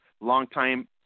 longtime